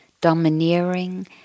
domineering